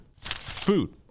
Food